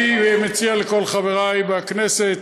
אני מציע לכל חברי בכנסת,